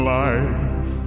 life